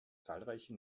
zahlreiche